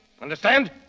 Understand